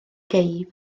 gei